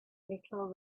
little